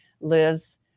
lives